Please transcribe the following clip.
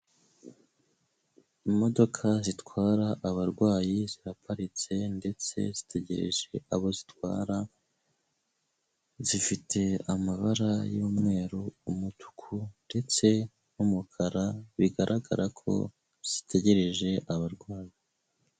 Imodoka zitwara abarwayi ziraparitse, ndetse zitegereje abo zitwara, zifite amabara y'umweru, umutuku, ndetse n'umukara, bigaragara ko zitegereje abarwayi.